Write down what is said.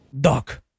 Doc